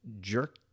jerk